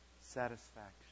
satisfaction